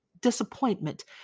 disappointment